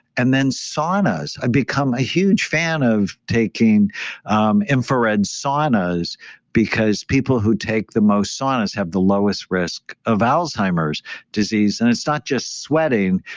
and then saunas, i've become a huge fan of taking um infrared saunas because people who take the most saunas have the lowest risk of alzheimer's disease. and it's not just sweating.